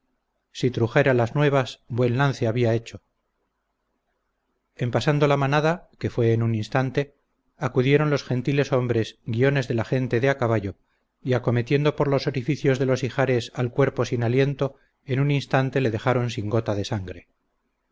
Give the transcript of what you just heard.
si trujera las nuevas buen lance había hecho en pasando la manada que fué en un instante acudieron los gentiles hombres guiones de la gente de a caballo y acometiendo por los orificios de los ijares al cuerpo sin aliento en un instante le dejaron sin gota de sangre